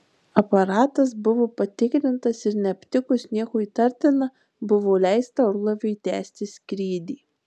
aparatas buvo patikrintas ir neaptikus nieko įtartina buvo leista orlaiviui tęsti skrydį